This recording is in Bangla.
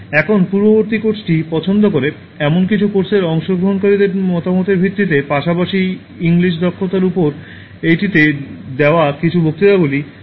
এখন পূর্ববর্তী কোর্সটি পছন্দ করে এমন কিছু কোর্সের অংশগ্রহণকারীদের মতামতের ভিত্তিতে পাশাপাশি ইংলিশ দক্ষতার উপর এইটিতে দেওয়া কিছু বক্তৃতাগুলি